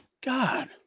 God